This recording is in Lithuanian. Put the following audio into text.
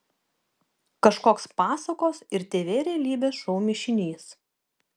kažkoks pasakos ir tv realybės šou mišinys